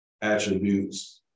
attributes